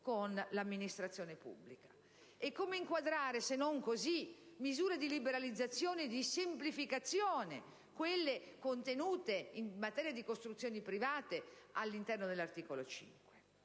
con l'amministrazione pubblica. Come inquadrare, se non così, le misure di liberalizzazione e di semplificazioni e le molte disposizioni in materia di costruzioni private all'interno dell'articolo 5?